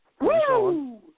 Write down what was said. Woo